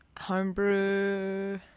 Homebrew